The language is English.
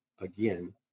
again